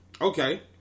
okay